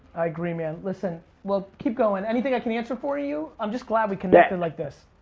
i agree, man, listen. well, keep going, anything i can answer for you? i'm just glad we connected like this.